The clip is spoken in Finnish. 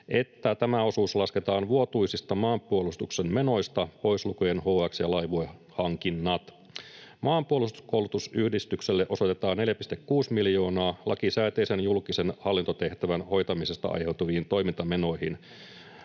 että tämä osuus lasketaan vuotuisista maanpuolustuksen menoista pois lukien HX- ja Laivue-hankinnat. Maanpuolustuskoulutusyhdistykselle osoitetaan 4,6 miljoonaa lakisääteisen julkisen hallintotehtävän hoitamisesta aiheutuviin toimintamenoihin.